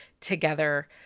together